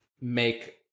make